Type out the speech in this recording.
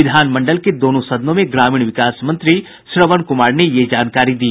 विधानमंडल के दोनों सदनों में ग्रामीण विकास मंत्री श्रवण कुमार ने यह जानकारी दी